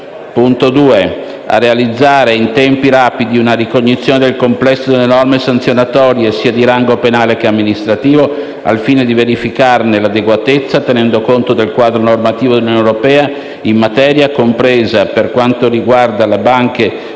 2) a realizzare in tempi rapidi una ricognizione del complesso delle norme sanzionatone, sia di rango penale che amministrativo, al fine di verificarne l'adeguatezza, tenendo conto del quadro normativo dell'Unione europea in materia, compresa, per quanto riguarda le banche